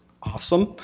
Awesome